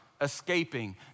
escaping